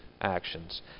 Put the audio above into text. actions